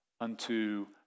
unto